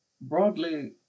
Broadly